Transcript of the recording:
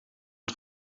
het